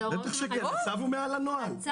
אני רוצה לומר עוד משהו אחד קטן שממש חשוב לי לציין.